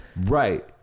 Right